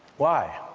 why?